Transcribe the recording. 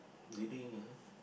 do you think ah